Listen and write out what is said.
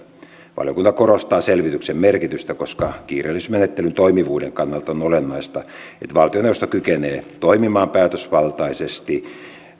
valiokunta korostaa selvityksen merkitystä koska kiireellisyysmenettelyn toimivuuden kannalta on olennaista että valtioneuvosto kykenee toimimaan päätösvaltaisesti